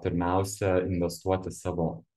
pirmiausia investuoti savo